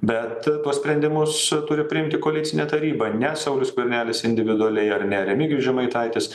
bet tuos sprendimus turi priimti koalicinė taryba ne saulius skvernelis individualiai ar ne remigijus žemaitaitis